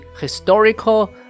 historical